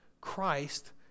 Christ